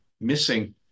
missing